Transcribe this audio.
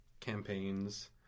campaigns